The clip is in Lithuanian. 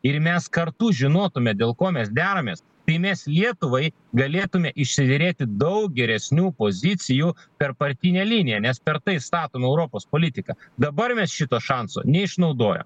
ir mes kartu žinotume dėl ko mes deramės tai mes lietuvai galėtume išsiderėti daug geresnių pozicijų per partinę liniją nes per tai statoma europos politika dabar mes šito šanso neišnaudojom